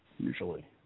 usually